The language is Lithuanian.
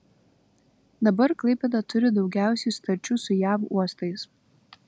dabar klaipėda turi daugiausiai sutarčių su jav uostais